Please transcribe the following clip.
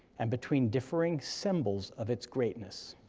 and between differing symbols of its greatness.